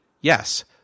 Yes